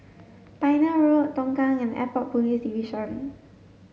Pioneer Road Tongkang and Airport Police Division